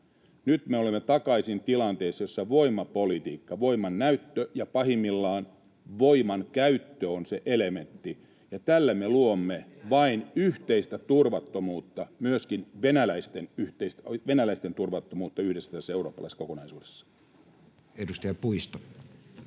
Nyt me olemme takaisin tilanteessa, jossa voimapolitiikka, voiman näyttö ja pahimmillaan voiman käyttö, on se elementti, ja tällä me luomme vain yhteistä turvattomuutta, myöskin venäläisten turvattomuutta yhdessä tässä eurooppalaisessa kokonaisuudessa. [Speech 67]